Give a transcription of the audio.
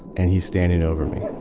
and he's standing over me he